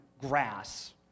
grass